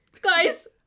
Guys